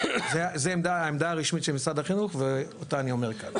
זאת העמדה הרשמית של משרד החינוך ואותה אני אומר כאן.